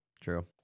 true